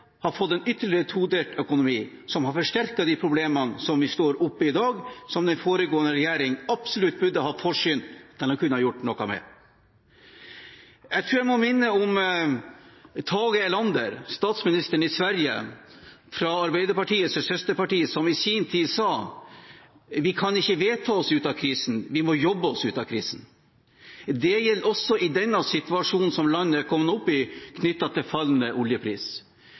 har fått en ytterligere todelt økonomi, som har forsterket de problemene som vi står oppe i i dag – noe som den foregående regjering absolutt burde vært framsynt nok til å kunne ha gjort noe med. Jeg tror jeg må minne om hva Tage Erlander, statsminister i Sverige fra Arbeiderpartiets søsterparti, i sin tid sa: Vi kan ikke vedta oss ut av krisen, vi må jobbe oss ut av krisen. Det gjelder også i den situasjonen som landet er kommet opp i, knyttet til fallende oljepris.